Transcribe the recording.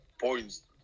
points